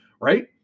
right